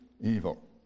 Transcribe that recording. evil